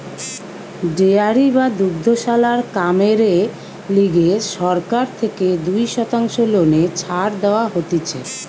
dairy বা দুগ্ধশালার কামেরে লিগে সরকার থেকে দুই শতাংশ লোনে ছাড় দেওয়া হতিছে